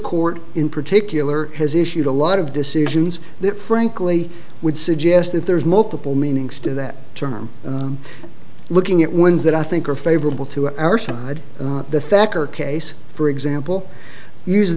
court in particular has issued a lot of decisions that frankly would suggest that there's multiple meanings to that term looking at ones that i think are favorable to our side of the thacker case for example use